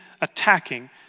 attacking